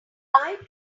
eye